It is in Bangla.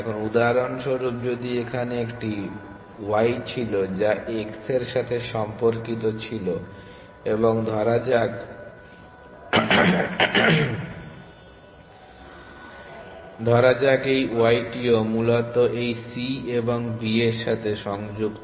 এখন উদাহরণস্বরূপ যদি এখানে একটি y ছিল যা x এর সাথে সম্পর্কিত ছিল এবং ধরা যাক এই y টিও মূলত এই c এবং b এর সাথে সংযুক্ত